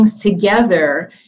together